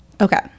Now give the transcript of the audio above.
Okay